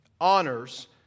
honors